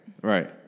right